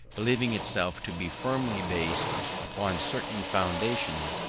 believing itself to be firmly based upon certain foundations,